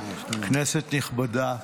כנסת נכבדה,